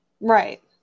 right